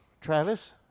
Travis